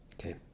Okay